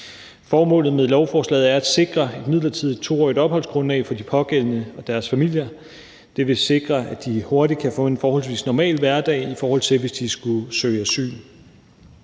Formålet med lovforslaget er at sikre et midlertidigt 2-årigt opholdsgrundlag for de pågældende og deres familier. Det vil sikre, at de hurtigt kan få en forholdsvis normal hverdag – i forhold til hvis de skulle søge asyl.